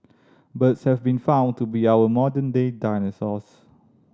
birds have been found to be our modern day dinosaurs